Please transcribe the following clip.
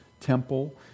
temple